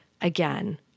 again